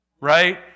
right